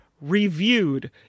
reviewed